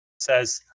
says